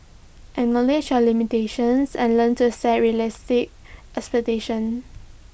acknowledge your limitations and learn to set realistic expectations